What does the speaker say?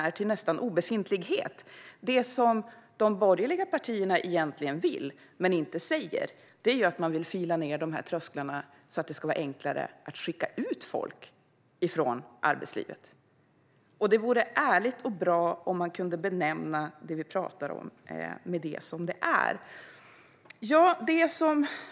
Det är till nästan obefintlighet. Vad de borgerliga partierna egentligen vill, men inte säger, är att de vill fila ned dessa trösklar så att det blir enklare att skicka ut folk från arbetslivet. Det vore ärligt och bra om man kunde benämna vad vi talar om på rätt sätt.